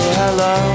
hello